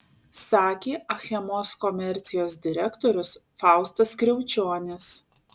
sakė achemos komercijos direktorius faustas kriaučionis